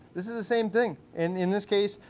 this is the same thing, and in this case,